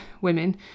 women